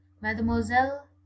Mademoiselle